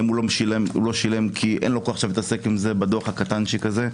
או כי אין לו כוח עכשיו להתעסק עם הדוח הקטנצ'יק הזה,